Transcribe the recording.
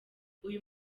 uyu